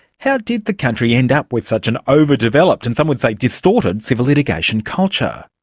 how did the country end up with such an over-developed and some would say distorted civil litigation culture?